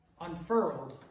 unfurled